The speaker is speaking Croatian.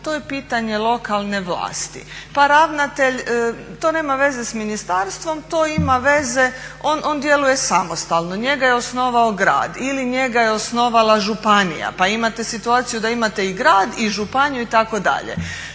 to je pitanje lokalne vlasti. Pa ravnatelj, to nema veze sa ministarstvom, to ima veze, on djeluje samostalno. Njega je osnovao grad ili njega je osnovala županija. Pa imate situaciju da imate i grad i županiju itd….